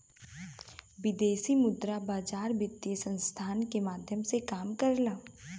विदेशी मुद्रा बाजार वित्तीय संस्थान के माध्यम से काम करला